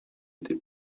étaient